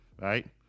right